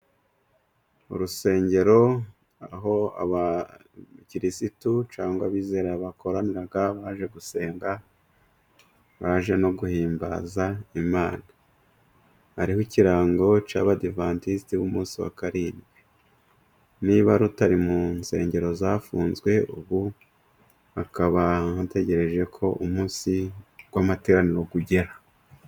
Urusengero aho abakirisitu cyangwa abizera bakoranira baje gusenga baje no guhimbaza Imana, hariho ikirango cy'Abadiventisiti b'umunsi wa karindwi. Niba rutari mu nsengero zafunzwe , ubu bakaba bategereje ko umunsi w'amateraniro ugera.